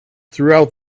throughout